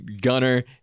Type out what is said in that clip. Gunner